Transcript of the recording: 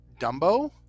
dumbo